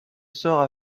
sort